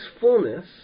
fullness